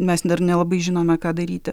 mes dar nelabai žinome ką daryti